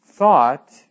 Thought